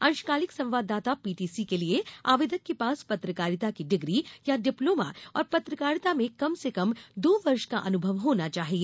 अंशकालिक संवाददाता पीटीसी के लिए आवेदक के पास पत्रकारिता की डिग्री या डिप्लोमा और पत्रकारिता में कम से कम दो वर्ष का अनुभव होना चाहिए